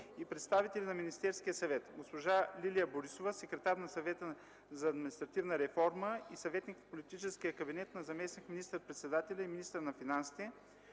и представители на Министерския съвет: госпожа Лилия Борисова – секретар на Съвета за административна реформа и съветник в политическия кабинет на заместник министър-председателя и министър на финансите,